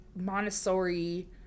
Montessori